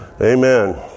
Amen